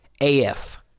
AF